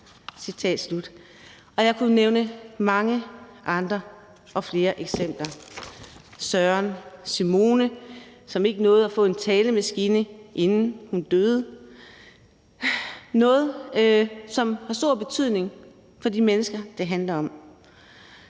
Jeg kunne nævne mange andre eksempler; Simone, som ikke nåede at få en talemaskine, inden hun døde – noget, som har stor betydning for de mennesker, det handler om.